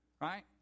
right